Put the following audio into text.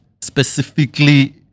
specifically